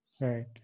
Right